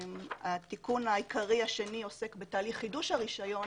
התיקון העיקרי השני עוסק בתהליך חידוש הרישיון